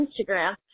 Instagram